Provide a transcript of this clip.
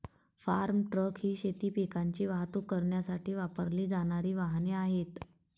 form truck ही शेती पिकांची वाहतूक करण्यासाठी वापरली जाणारी वाहने आहेत